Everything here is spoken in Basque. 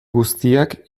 guztiak